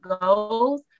goals